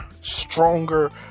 stronger